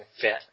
fit